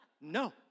no